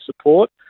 support